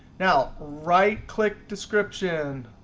now right click description,